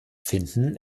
finden